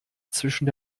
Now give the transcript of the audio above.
zwischen